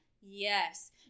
Yes